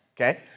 Okay